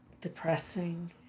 Depressing